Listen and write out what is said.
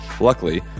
Luckily